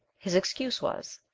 his excuse was,